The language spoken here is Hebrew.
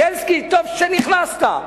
בילסקי, טוב שנכנסת.